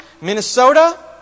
Minnesota